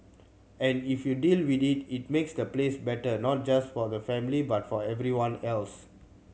and if you deal with it it makes the place better not just for the family but for everyone else